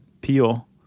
peel